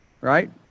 right